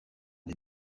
des